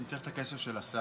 אבל אני צריך את הקשב של השר.